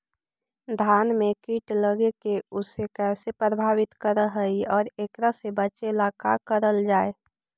धान में कीट लगके उसे कैसे प्रभावित कर हई और एकरा से बचेला का करल जाए?